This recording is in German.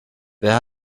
wer